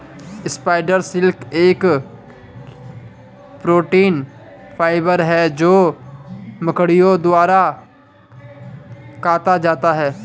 spider silk एक protein fibre है जो मकड़ियों द्वारा काता जाता है